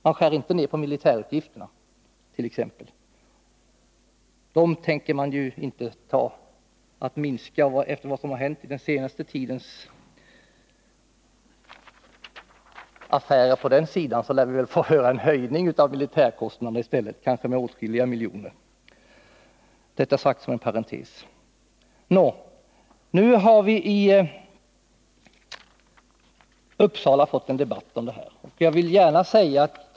Man skär inte ned på militärutgifterna t.ex. Dessa tänker man inte minska, och efter den senaste tidens affärer på den sidan lär vi få höra talas om en höjning av militärkostnaderna, kanske med åtskilliga miljoner. Detta sagt som en parentes. Nu har vi i Uppsala fått en debatt om detta.